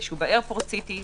שהוא באיירפורט סיטי,